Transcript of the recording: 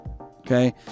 Okay